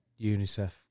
UNICEF